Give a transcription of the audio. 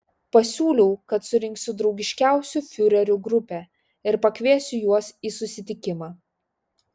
pasiūliau kad surinksiu draugiškiausių fiurerių grupę ir pakviesiu juos į susitikimą